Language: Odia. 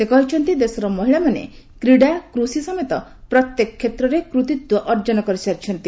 ସେ କହିଛନ୍ତି ଦେଶର ମହିଳାମାନେ କ୍ରୀଡା କୃଷି ସମେତ ପ୍ରତ୍ୟେକ କ୍ଷେତ୍ରରେ କୃତିତ୍ୱ ଅର୍ଜନ କରିସାରିଛନ୍ତି